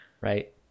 Right